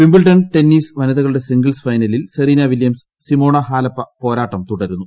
Wimbledon tennis വനിതകളുടെ singles ഫൈനലിൽ Serena Williams Simona Halep പോരാട്ടം തുടരുന്നു